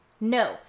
No